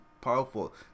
powerful